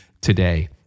today